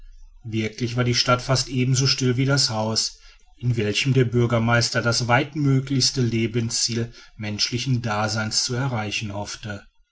wirklich war die stadt fast ebenso still wie das haus in welchem der bürgermeister das weitmöglichste lebensziel menschlichen daseins zu erreichen hoffte